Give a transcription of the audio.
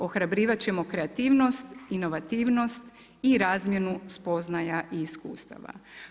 Ohrabrivati ćemo kreativnost, inovativnost i razmjenu spoznaju i iskustava.